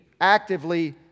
actively